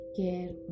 care